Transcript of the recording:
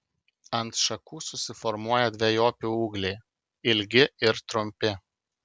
ant šakų susiformuoja dvejopi ūgliai ilgi ir trumpi